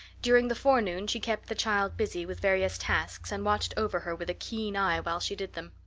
during the forenoon she kept the child busy with various tasks and watched over her with a keen eye while she did them.